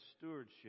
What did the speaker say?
stewardship